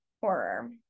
horror